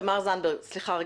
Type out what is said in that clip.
תמר זנדברג, סליחה רגע.